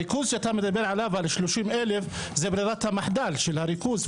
הריכוז שאתה מדבר עליו על 30,000 זה ברירת המחדל של הריכוז,